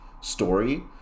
story